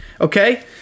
Okay